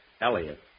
Elliot